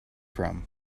from